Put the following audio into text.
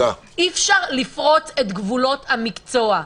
אי-אפשר לפרוץ את גבולות המקצוע.